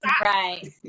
Right